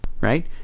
right